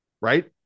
Right